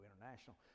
international